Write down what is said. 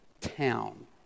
town